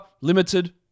limited